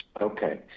Okay